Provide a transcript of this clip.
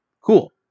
Cool